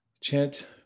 chant